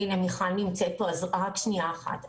הנה מיכל נמצאת פה אז רק שנייה אחת.